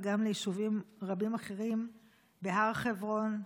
וגם ליישובים רבים אחרים בהר חברון,